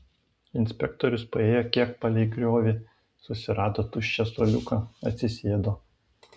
inspektorius paėjo kiek palei griovį susirado tuščią suoliuką atsisėdo